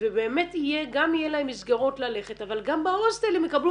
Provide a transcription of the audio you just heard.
ובאמת גם יהיו להם מסגרות ללכת אבל גם בהוסטל הם יקבלו